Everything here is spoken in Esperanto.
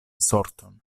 sorton